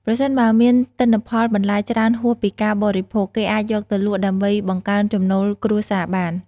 ប្រសិនបើមានទិន្នផលបន្លែច្រើនហួសពីការបរិភោគ គេអាចយកទៅលក់ដើម្បីបង្កើនចំណូលគ្រួសារបាន។